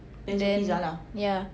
then ya